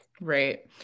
Right